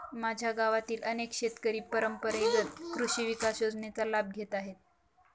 माझ्या गावातील अनेक शेतकरी परंपरेगत कृषी विकास योजनेचा लाभ घेत आहेत